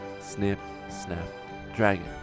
snip-snap-dragon